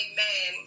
Amen